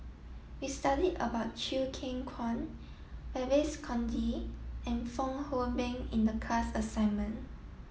we studied about Chew Kheng Chuan Babes Conde and Fong Hoe Beng in the class assignment